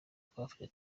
twafashe